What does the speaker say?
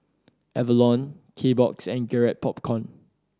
Avalon Kbox and Garrett Popcorn